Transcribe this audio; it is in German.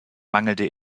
mangelnde